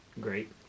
great